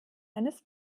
eines